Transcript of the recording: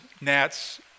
gnats